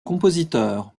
compositeur